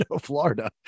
florida